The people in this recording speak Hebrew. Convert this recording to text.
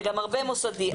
וגם הרבה מוסדי.